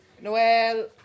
Noel